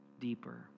deeper